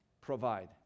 provide